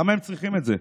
למה צריכים את זה?